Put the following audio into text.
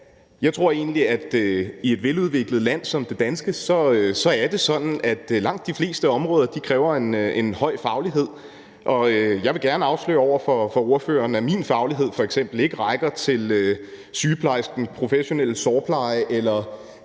Jeg tror egentlig, at det i et veludviklet land som Danmark er sådan, at langt de fleste områder kræver en høj faglighed, og jeg vil gerne afsløre over for ordføreren, at min faglighed f.eks. ikke rækker til sygeplejerskens professionelle sårpleje eller